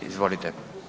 Izvolite.